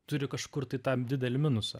turi kažkur tai tą didelį minusą